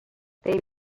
they